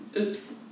Oops